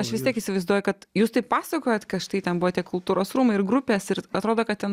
aš vis tiek įsivaizduoju kad jūs taip pasakojat ka štai ten buvo tie kultūros rūmai ir grupės ir atrodo kad ten